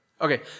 Okay